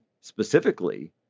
specifically